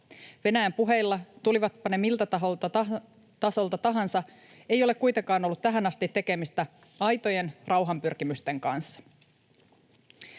Venäjän puheilla, tulivatpa ne miltä tasolta tahansa, ei ole kuitenkaan ollut tähän asti tekemistä aitojen rauhanpyrkimysten kanssa.